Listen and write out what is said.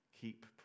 Keep